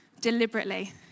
deliberately